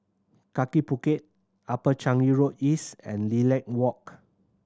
Kaki Bukit Upper Changi Road East and Lilac Walk